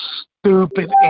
stupid